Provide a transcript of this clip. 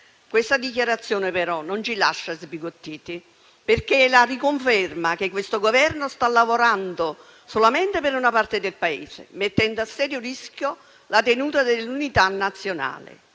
Questa dichiarazione, però, non ci lascia sbigottiti, perché è la riconferma che questo Governo sta lavorando solamente per una parte del Paese, mettendo a serio rischio la tenuta dell'unità nazionale,